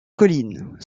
collines